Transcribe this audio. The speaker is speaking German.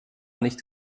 nicht